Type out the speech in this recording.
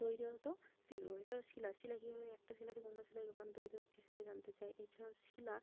তৈরি হতো সেগুলো এছাড়াও শিলা শিলা কীভাবে একটা শিলা থেকে অন্য শিলায় রূপান্তরিত হচ্ছে সেটা জানতে চাই এছাড়াও শিলা